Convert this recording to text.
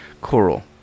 coral